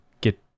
get